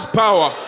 power